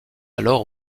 alors